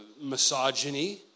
misogyny